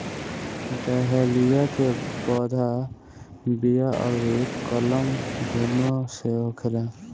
dahlia के पौधा बिया अउरी कलम दूनो से होखेला